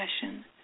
passion